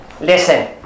listen